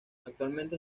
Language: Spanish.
actualmente